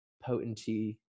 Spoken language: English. potency